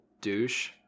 douche